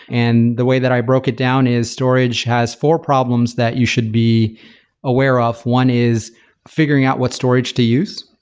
and the way that i broke it down is storage has four problems that you should be aware of. one is figuring out what storage to use,